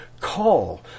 call